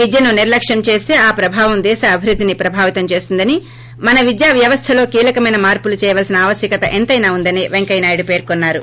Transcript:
విద్యను నిర్లక్ష్యం దేస్త ఆ ప్రభావం దేశ అభివృద్దిని ప్రభావితం చేస్తుందని మన విద్యా వ్యవస్దలో కీలకమైన మార్పులు చేయవలసిన ఆవశ్యకత ఎంతైనా ఉందని పెంకయ్యనాయుడు పేర్కొన్నారు